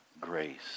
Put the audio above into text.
grace